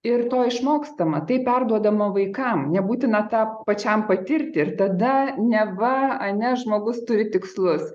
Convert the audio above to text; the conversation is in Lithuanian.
ir to išmokstama tai perduodama vaikam nebūtina tą pačiam patirti ir tada neva ar ne žmogus turi tikslus